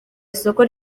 isoko